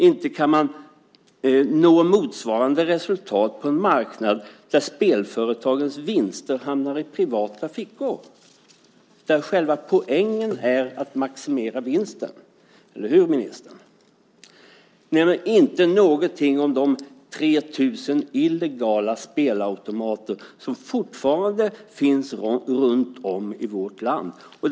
Inte kan man nå motsvarande resultat på en marknad där spelföretagens vinster hamnar i privata fickor och där själva poängen är att maximera vinsten, eller hur, ministern? Inte någonting nämns om de 3 000 illegala spelautomater som fortfarande finns runtom i vårt land.